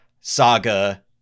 saga